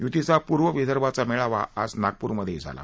यूतीचा पूर्वविदर्भाचा मेळावा आज ना पूरातही झाला